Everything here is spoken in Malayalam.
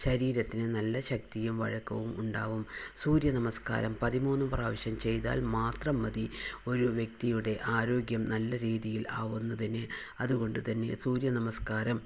ശരീരത്തിന് നല്ല ശക്തിയും വഴക്കവും ഉണ്ടാവും സൂര്യ നമസ്കാരം പതിമൂന്ന് പ്രാവശ്യം ചെയ്താൽ മാത്രം മതി ഒരു വ്യക്തിയുടെ ആരോഗ്യം നല്ല രീതിയിൽ ആവുന്നതിന് അതുകൊണ്ട് തന്നെ സൂര്യ നമസ്കാരം